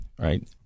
right